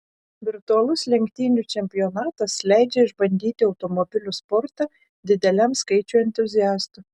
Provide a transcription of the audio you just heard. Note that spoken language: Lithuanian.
virtualus lenktynių čempionatas leidžia išbandyti automobilių sportą dideliam skaičiui entuziastų